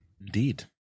Indeed